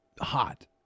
hot